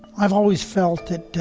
i've always felt that